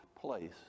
place